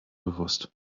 bewusst